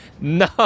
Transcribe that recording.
no